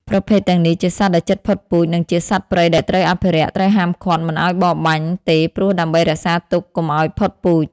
ប្រភេទទាំងនេះជាសត្វដែលជិតផុតពូជនិងជាសត្វព្រៃដែលត្រូវអភិរក្សត្រូវហាមឃាត់មិនឲ្យបរបាញ់ទេព្រោះដើម្បីរក្សាទុកកំុឲ្យផុតពូជ។